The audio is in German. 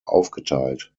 aufgeteilt